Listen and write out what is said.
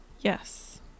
yes